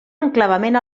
enclavament